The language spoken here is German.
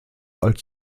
als